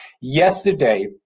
yesterday